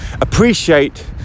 Appreciate